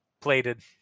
plated